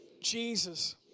Jesus